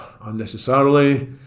unnecessarily